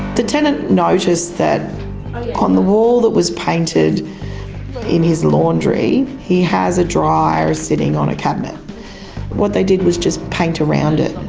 the tenant noticed that on the wall that was painted in his laundry, he has a dryer sitting on a cabinet and what they did was just paint around it.